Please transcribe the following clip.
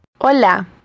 Hola